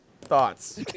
Thoughts